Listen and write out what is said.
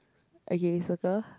okay settle